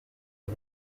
y’u